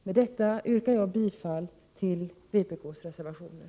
Med detta yrkar jag bifall till vpk:s reservationer.